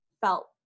felt